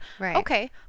okay